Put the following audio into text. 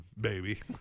baby